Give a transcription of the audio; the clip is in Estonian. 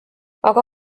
aga